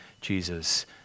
Jesus